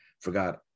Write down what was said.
forgot